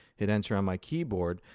hit enter on my keyboard.